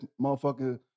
motherfucker